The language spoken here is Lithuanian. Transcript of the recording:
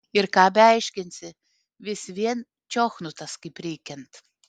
ir ką beaiškinsi vis vien čiochnutas kaip reikiant